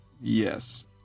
Yes